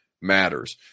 matters